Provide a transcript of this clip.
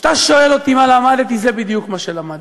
כשאתה שואל אותי מה למדתי, זה בדיוק מה שלמדתי,